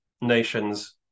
nations